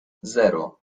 zero